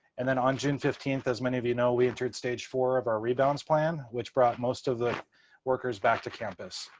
and then on june fifteenth, as many of you know, we entered stage four of our rebounds plan, which brought most of the workers back to campus.